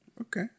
Okay